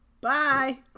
Bye